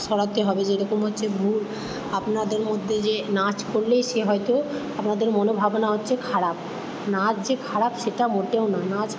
সরাতে হবে যেরকম হচ্ছে ভুল আপনাদের মধ্যে যে নাচ করলেই সে হয়তো আপনাদের মনোভাবনা হচ্ছে খারাপ নাচ যে খারাপ সেটা মোটেও নয় নাচ